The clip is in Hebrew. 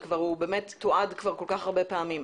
הוא תועד כל כך הרבה פעמים.